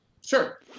Sure